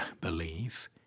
believe